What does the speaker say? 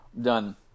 done